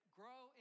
grow